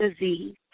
disease